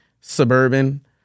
suburban